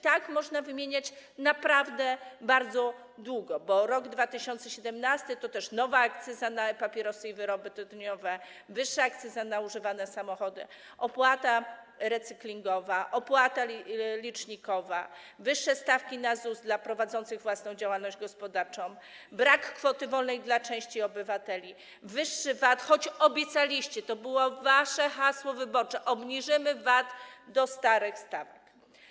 Tak można wymieniać naprawdę bardzo długo, bo rok 2017 to też nowa akcyza na papierosy i wyroby tytoniowe, wyższa akcyza na używane samochody, opłata recyklingowa, opłata licznikowa, wyższe stawki na ZUS dla prowadzących własną działalność gospodarczą, brak kwoty wolnej dla części obywateli, wyższy VAT, choć obiecaliście, to było wasze hasło wyborcze: obniżymy VAT do starych stawek.